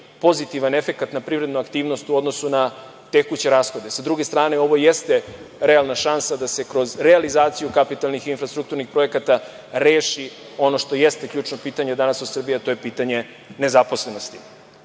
pozitivan efekat na privrednu aktivnost u odnosu na tekuće rashode. Sa druge strane, ovo jeste realna šansa da se kroz realizaciju kapitalnih infrastrukturnih projekata reši ono što jeste ključno pitanje danas u Srbiji, a to je pitanje nezaposlenosti. Naravno,